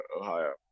Ohio